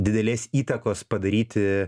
didelės įtakos padaryti